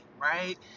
right